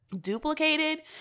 duplicated